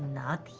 matt